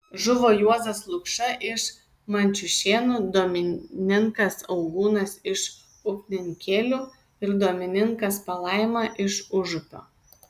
žuvo juozas lukša iš mančiušėnų domininkas augūnas iš upninkėlių ir domininkas palaima iš užupio